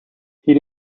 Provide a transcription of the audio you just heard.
heat